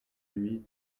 huit